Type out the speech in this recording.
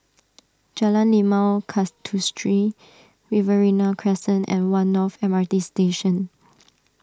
Jalan Limau Kasturi Riverina Crescent and one North M R T Station